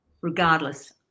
regardless